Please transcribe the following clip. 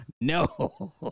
no